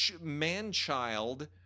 man-child